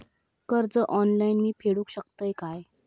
कर्ज ऑनलाइन मी फेडूक शकतय काय?